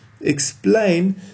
explain